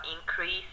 increase